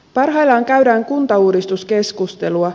parhaillaan käydään kuntauudistuskeskustelua